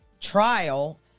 trial